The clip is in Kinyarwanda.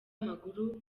w’amaguru